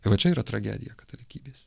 tai va čia yra tragedija katalikybės